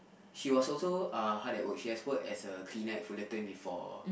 she was also uh hard at work she has worked as a cleaner at Fullerton before